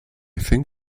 think